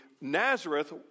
Nazareth